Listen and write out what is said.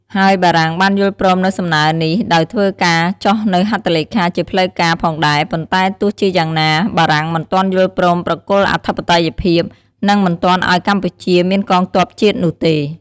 ហើយបារាំងបានយល់ព្រមនូវសំណើរនេះដោយធ្វើការចុះនូវហត្ថលេខាជាផ្លូវការណ៍ផងដែរ ប៉ុន្តែទោះជាយ៉ាងណា បារាំងមិនទាន់យល់ព្រមប្រគល់អធិបតេយ្យភាព និង មិនទាន់ឱ្យកម្ពុជាមានកងទ័ពជាតិនោះទេ ។